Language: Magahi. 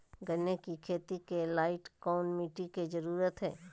गन्ने की खेती के लाइट कौन मिट्टी की जरूरत है?